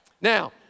Now